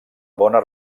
bona